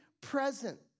present